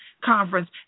Conference